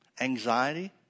anxiety